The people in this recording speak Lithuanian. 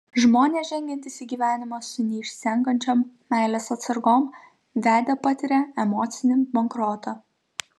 žmonės žengiantys į gyvenimą su neišsenkančiom meilės atsargom vedę patiria emocinį bankrotą